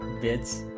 bits